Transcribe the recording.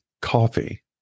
coffee